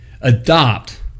Adopt